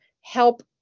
help